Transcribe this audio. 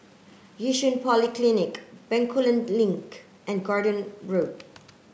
Yishun Polyclinic Bencoolen Link and Garden Road